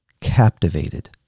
captivated